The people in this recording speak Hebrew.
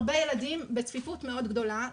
הרבה ילדים בצפיפות מאוד גדולה.